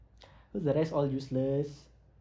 cause the rest all useless